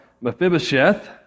Mephibosheth